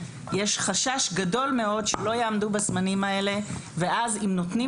יש חשש גדול מאוד שלא יעמדו בזמנים האלה ואז אם נותנים